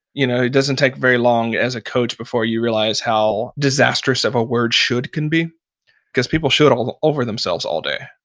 you know it doesn't take very long as a coach before you realize how disastrous of a word should can be because people should all over over themselves all day.